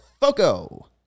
Foco